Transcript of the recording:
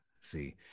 See